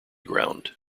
ground